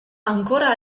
ancora